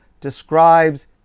describes